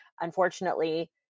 unfortunately